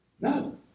No